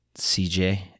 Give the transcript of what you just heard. CJ